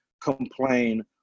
complain